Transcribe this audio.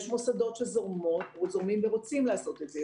יש מוסדות שזורמים ורוצים לעשות את זה,